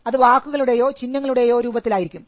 അത് വാക്കുകളുടെയോ ചിഹ്നങ്ങളുടെയോ രൂപത്തിലായിരിക്കും